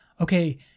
okay